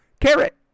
Carrot